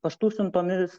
paštu siuntomis